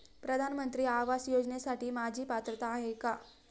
प्रधानमंत्री आवास योजनेसाठी माझी पात्रता आहे का?